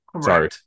Sorry